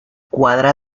cuadra